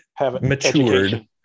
matured